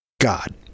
God